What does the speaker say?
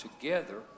together